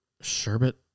sherbet